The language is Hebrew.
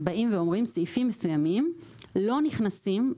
באים ואומרים שסעיפים מסוימים לא נכנסים,